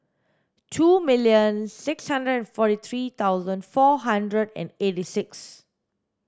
two million six hundred and forty three thousand four hundred and eighty six